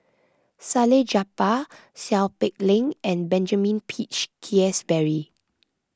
Salleh Japar Seow Peck Leng and Benjamin Peach Keasberry